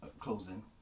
closing